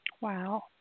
Wow